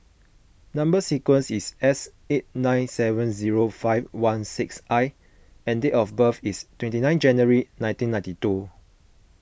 Number Sequence is S eight nine seven zero five one six I and date of birth is twenty nine January nineteen ninety two